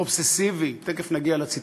אובססיבי, תכף נגיע לציטוטים.